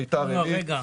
ביתר עלית.